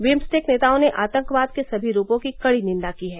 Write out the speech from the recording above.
BIMSTEC नेताओं ने आतंकवाद के सभी रूपों की कड़ी निंदा की है